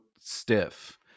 Stiff